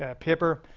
ah paper.